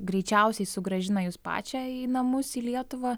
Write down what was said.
greičiausiai sugrąžina jus pačią į namus į lietuvą